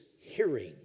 hearing